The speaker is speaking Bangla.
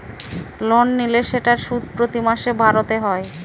লোন নিলে সেটার সুদ প্রতি মাসে ভরতে হয়